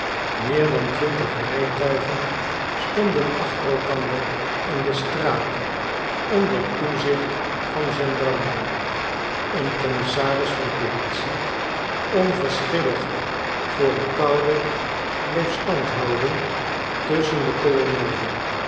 meer dan twintig rijtuigen stonden achter elkander in de straat onder toezicht van gendarmen een commissaris van politie onverschillig voor de koude bleef stand houden tusschen de